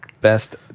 best